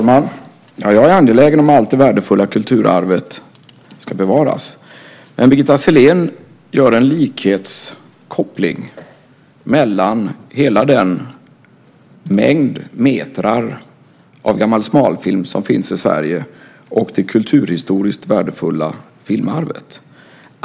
Herr talman! Jag är angelägen om att det värdefulla kulturarvet ska bevaras. Men Birgitta Sellén gör en likhetskoppling mellan hela den mängd meter av gammal smalfilm som finns i Sverige och det kulturhistoriskt värdefulla filmarvet.